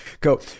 Go